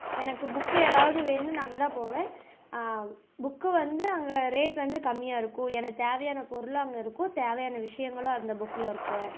எனக்கு புக்கு ஏதாவது வேணும் நான் அங்கே தான் போவேன் புக்கு வந்து அங்கே ரேட் வந்து கம்மியாக இருக்கும் எனக்குத் தேவையான பொருள் அங்கே இருக்கும் தேவையான விஷயங்களும் அந்த புக்கில் இருக்கும்